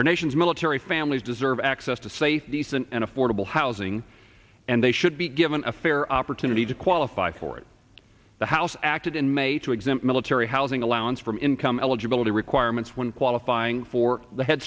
our nation's military families deserve access to safe decent and affordable housing and they should be given a fair opportunity to qualify for it the house acted in may to exempt military housing allowance from income eligibility requirements when qualifying for the head